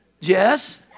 Jess